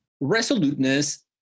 Resoluteness